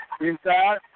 Inside